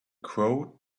crow